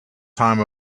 time